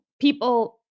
people